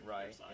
Right